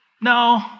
no